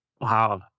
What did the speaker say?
Wow